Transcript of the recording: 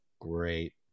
great